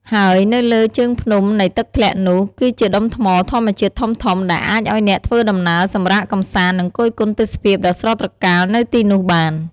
ហើយនៅលើជើងភ្នំនៃទឹកធ្លាក់នោះ គឺជាដុំថ្មធម្មជាតិធំៗដែលអាចឲ្យអ្នកធ្វើដំណើរសម្រាកកំសាន្ដ នឹងគយគន់ទេសភាពដ៏ស្រស់ត្រកាលនៅទីនោះបាន។